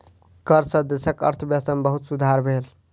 कर सॅ देशक अर्थव्यवस्था में बहुत सुधार भेल